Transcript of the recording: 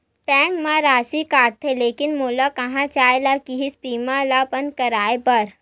Bank मा राशि कटथे लेकिन मोला कहां जाय ला कइसे बीमा ला बंद करे बार?